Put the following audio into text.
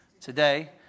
Today